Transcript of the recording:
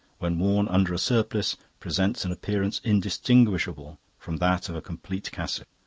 when worn under a surplice presents an appearance indistinguishable from that of a complete cassock.